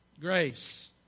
Grace